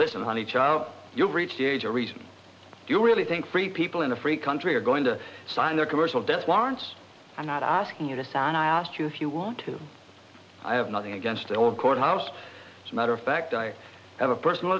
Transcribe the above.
listen honey child you've reached the age of reason do you really think free people in a free country are going to sign their commercial death warrants i'm not asking you to sign i asked you if you want to i have nothing against the old courthouse as a matter of fact i have a personal